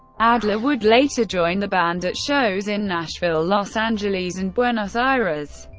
adler would later join the band at shows in nashville, los angeles, and buenos aires.